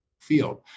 field